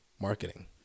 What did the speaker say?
Marketing